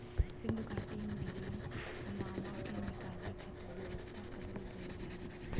सिन्धु घाटी में नाला के निकले खातिर व्यवस्था करल गयल रहल